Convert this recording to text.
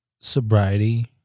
sobriety